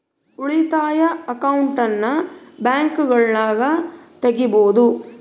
ಉಳಿತಾಯ ಅಕೌಂಟನ್ನ ಬ್ಯಾಂಕ್ಗಳಗ ತೆಗಿಬೊದು